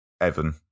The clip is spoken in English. Evan